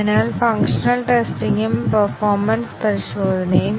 അതിനാൽ ഫംഗ്ഷണൽ ടെസ്റ്റിങും പേർഫോമെൻസ് പരിശോധനയും